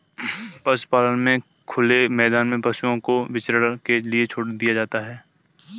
पशुपालन में खुले मैदान में पशुओं को विचरण के लिए छोड़ दिया जाता है